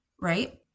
right